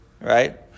right